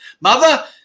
Mother